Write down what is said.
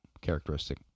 characteristic